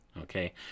okay